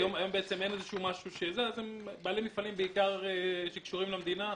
היום בעלי מפעלים בעיקר שקשורים למדינה,